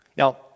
Now